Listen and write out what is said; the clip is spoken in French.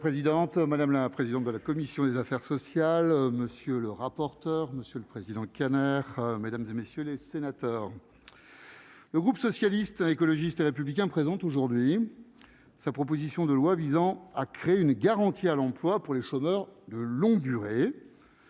madame la présidente de la commission des affaires sociales, monsieur le rapporteur, monsieur le président, Kanner mesdames et messieurs les sénateurs, le groupe socialiste, écologiste et républicain présente aujourd'hui sa proposition de loi visant à créer une garantie à l'emploi pour les chômeurs de longue durée